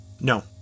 No